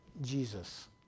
Jesus